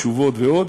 תשובות ועוד,